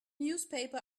newspaper